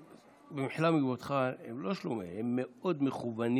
במחילה מכבודך, הם לא שלומיאלים, הם מאוד מכוונים